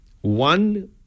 One